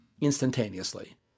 instantaneously